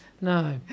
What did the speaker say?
No